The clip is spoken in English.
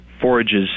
forages